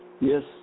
Yes